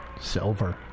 Silver